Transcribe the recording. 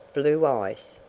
blue eyes.